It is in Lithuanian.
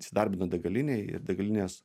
įsidarbino degalinėj ir degalinės